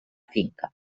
finca